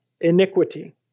iniquity